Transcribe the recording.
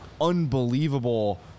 unbelievable